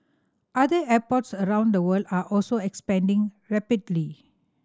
other airports around the world are also expanding rapidly